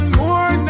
more